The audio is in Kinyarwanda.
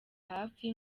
hafi